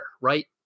right